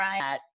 right